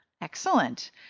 Excellent